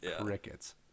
Crickets